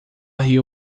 riu